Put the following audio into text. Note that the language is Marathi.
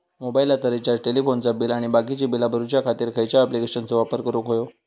मोबाईलाचा रिचार्ज टेलिफोनाचा बिल आणि बाकीची बिला भरूच्या खातीर खयच्या ॲप्लिकेशनाचो वापर करूक होयो?